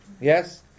Yes